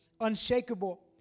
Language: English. unshakable